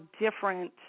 different